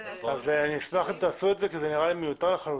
אני אשמח אם תעשו את זה כי זה נראה לי מיותר לחלוטין.